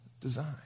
design